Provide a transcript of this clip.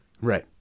Right